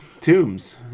Tombs